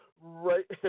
Right